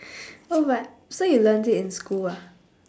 oh but so you learnt it in school ah